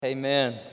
Amen